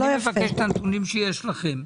אני מבקש את הנתונים שיש לכם.